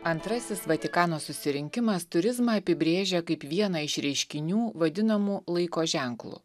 antrasis vatikano susirinkimas turizmą apibrėžia kaip vieną iš reiškinių vadinamų laiko ženklu